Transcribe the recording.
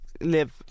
live